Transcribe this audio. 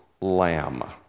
Lamb